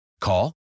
Call